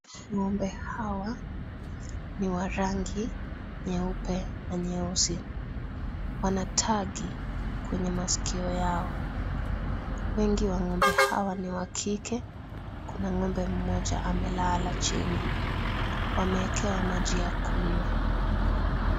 Ng'ombe hawa ni wa rangi nyeupe na nyeusi. Wanatagi kwenye masikio yao wengi wa ng'ombe hawa ni wa kike kuna ng'ombe mmoja amelala chini wameekewa maji ya kinywa.